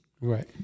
Right